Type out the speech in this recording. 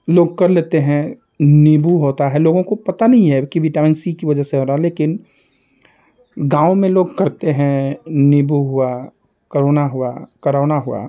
लोग कर लेते हैं नींबू होता है लोगों को पता नहीं है कि विटामिन सी की वजह से हो रहा है लेकिन गाँव में लोग करते है नींबू हुआ करुणा हुआ करोना हुआ